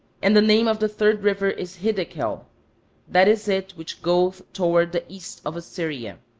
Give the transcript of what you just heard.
and the name of the third river is hiddekel that is it which goeth toward the east of assyria.